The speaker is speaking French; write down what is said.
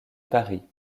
paris